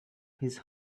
his